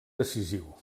decisiu